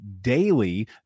daily